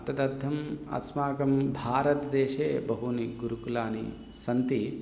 तदर्थम् अस्माकं भारतदेशे बहूनि गुरुकुलानि सन्ति